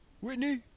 Whitney